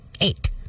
Eight